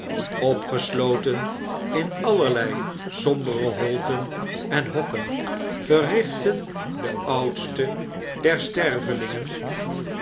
opgesloten in allerlei sombere holten en hokken verrichtten de oudste der stervelingen